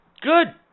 Good